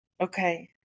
okay